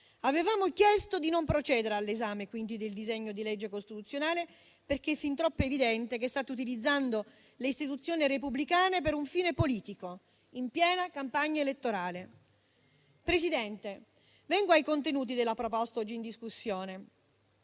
Avevamo chiesto di non procedere all'esame del disegno di legge costituzionale, perché è fin troppo evidente che state utilizzando le istituzioni repubblicane per un fine politico, in piena campagna elettorale. Signora Presidente, vengo ai contenuti della proposta oggi in discussione.